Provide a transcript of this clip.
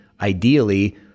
ideally